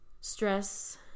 stress